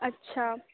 अच्छा